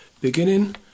Beginning